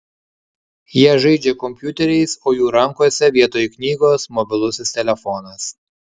jie žaidžia kompiuteriais o jų rankose vietoj knygos mobilusis telefonas